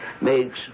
makes